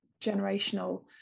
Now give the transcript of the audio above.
generational